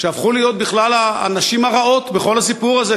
שהפכו להיות בכלל הנשים הרעות בכל הסיפור הזה,